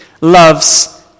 loves